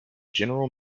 general